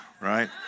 Right